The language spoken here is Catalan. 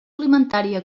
alimentària